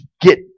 get